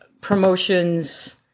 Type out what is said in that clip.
promotions